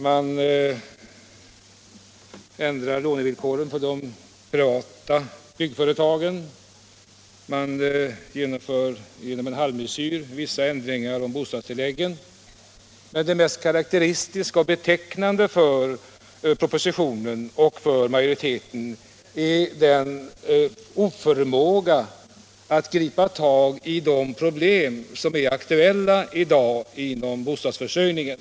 Man ändrar lånevillkoren för de privata byggföretagen. Man genomför som en halvmesyr vissa ändringar i bostadstilläggen. Men karakteristiskt för propositionen och majoritetsyttrandet är en oförmåga att gripa tag i de problem som är aktuella i dag inom bostadsförsörjningen.